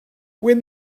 when